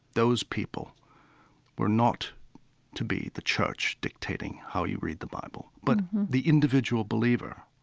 those people were not to be the church dictating how you read the bible, but the individual believer.